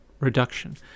reduction